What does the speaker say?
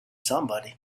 somebody